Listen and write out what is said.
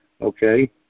okay